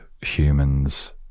humans